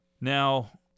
Now